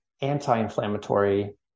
anti-inflammatory